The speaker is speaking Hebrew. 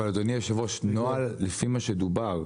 אבל אדוני, נוהל לפי מה שדובר,